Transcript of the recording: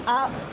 up